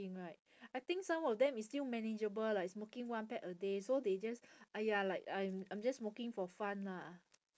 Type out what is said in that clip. ~ng right I think some of them it's still manageable like smoking one pack a day so they just !aiya! like I'm I'm just smoking for fun lah